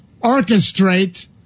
orchestrate